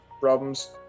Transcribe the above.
problems